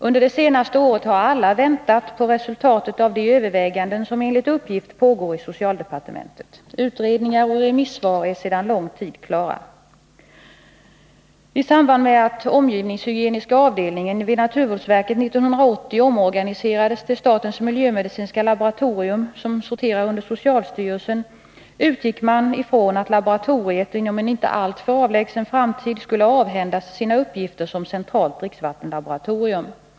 Under det senaste året har alla väntat på resultatet av de överväganden som enligt uppgift pågår i socialdepartementet. Utredningar och remissvar är sedan lång tid tillbaka klara. I samband med att omgivningshygieniska avdelningen vid naturvårdsverket 1980 omorganiserades till statens miljömedicinska laboratorium, som sorterar under socialstyrelsen, utgick man ifrån att laboratoriet inom en inte alltför avlägsen framtid skulle avhändas sina uppgifter som centralt dricksvattenlaboratorium.